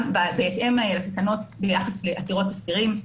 גם בהתאם לתקנות ביחס לעתירות אסירים,